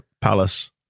palace